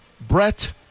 Brett